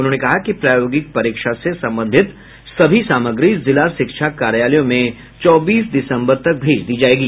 उन्होंने कहा कि प्रायोगिक परीक्षा से संबंधित सभी सामग्री जिला शिक्षा कार्यालयों में चौबीस दिसंबर तक भेज दी जायेगी